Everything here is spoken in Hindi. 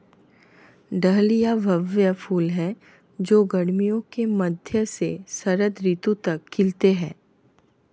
डहलिया भव्य फूल हैं जो गर्मियों के मध्य से शरद ऋतु तक खिलते हैं